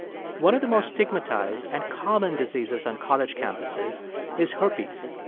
one of the most stigmatized and common diseases on college campuses is herpes.